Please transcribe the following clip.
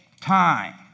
time